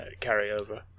carryover